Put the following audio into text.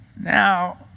Now